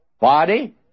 body